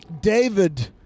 David